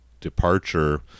departure